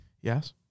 Yes